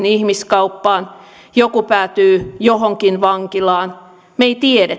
ihmiskauppaan joku päätyy johonkin vankilaan me emme tiedä